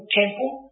temple